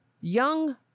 Young